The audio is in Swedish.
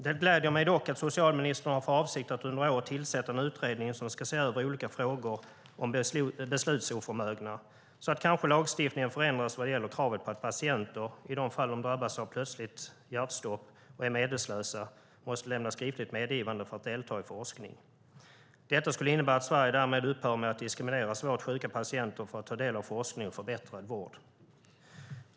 Det gläder mig dock att socialministern har för avsikt att under året tillsätta en utredning som ska se över olika frågor om beslutsoförmögna så att kanske lagstiftningen förändras vad gäller kravet på att patienter i de fall de drabbas av plötsligt hjärtstopp och är medvetslösa måste lämna ett skriftligt medgivande för att delta i forskning. Detta skulle innebära att Sverige därmed upphör med att diskriminera svårt sjuka patienter för att ta del av forskningen för bättre vård.